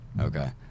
Okay